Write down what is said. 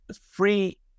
free